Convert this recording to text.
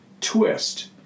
twist